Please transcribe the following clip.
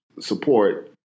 support